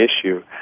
issue